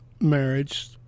marriage